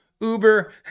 Uber